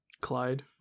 Clyde